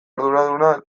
arduraduna